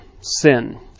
sin